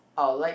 I'll like